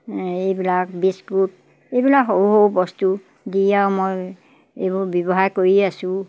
এইবিলাক বিস্কুট এইবিলাক সৰু সৰু বস্তু দি আৰু মই এইবোৰ ব্যৱসায় কৰি আছোঁ